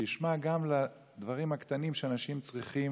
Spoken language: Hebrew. שישמע גם את הדברים הקטנים שאנשים צריכים,